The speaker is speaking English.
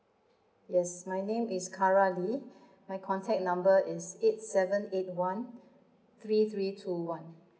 yes my name is karla lee my contact number is eight seven eight one three three two one